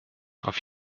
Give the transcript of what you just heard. auf